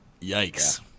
Yikes